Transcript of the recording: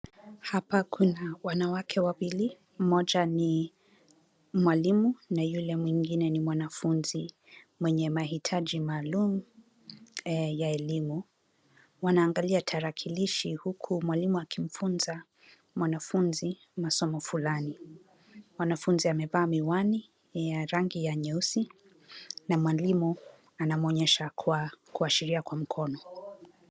Hapa kuna wanawake wawili mmoja ni mwalimu na yule mwingine ni mwanafunzi mwenye mahitaji maalum ya elimu. Wanaangalia tarakilishi huku mwalimu akimfunza mwanafunzi masomo fulani. Mwanafunzi amevaa miwani ya rangi ya nyeusi na mwalimu anamuonyesha kwa kuashiria kwa mkono.